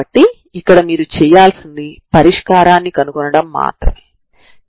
అంటే మీరు radially symmetric వైబ్రేషన్లను చూడవచ్చు